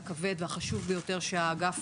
הכבד והחשוב ביותר שאגף